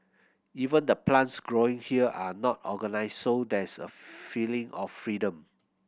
even the plants growing here are not organised so there's a feeling of freedom